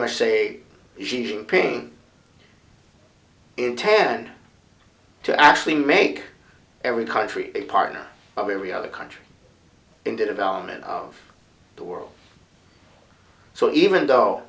much say ping in ten to actually make every country a partner of every other country in development of the world so even though